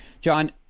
John